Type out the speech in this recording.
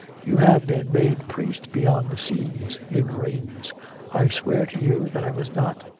you have been made priest beyond the seas, in rheims i swear to you that i was not,